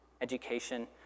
education